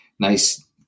Nice